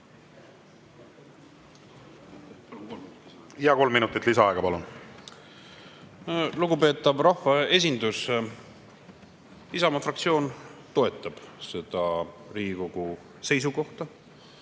Kolm minutit lisaaega, palun! Lugupeetav rahvaesindus! Isamaa fraktsioon toetab seda Riigikogu seisukohta.